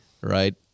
right